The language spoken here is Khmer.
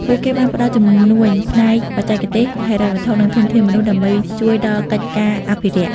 ពួកគេបានផ្តល់ជំនួយផ្នែកបច្ចេកទេស ហិរញ្ញវត្ថុ និងធនធានមនុស្សដើម្បីជួយដល់កិច្ចការអភិរក្ស។